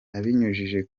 abinyujije